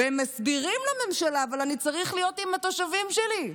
והם מסבירים לממשלה: אבל אני צריך להיות עם התושבים שלי,